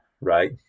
right